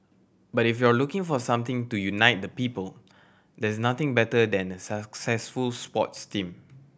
but if you're looking for something to unite the people there's nothing better than a successful sports team